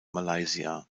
malaysia